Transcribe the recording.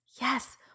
Yes